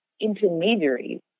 intermediaries